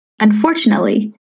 Unfortunately